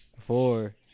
four